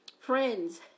friends